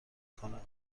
کنم